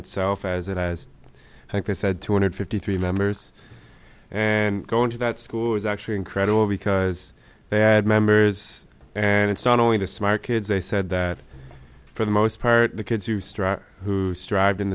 itself as it has i think they said two hundred fifty three members and going to that school was actually incredible because they had members and it's not only the smart kids they said that for the most part the kids who struck who strived in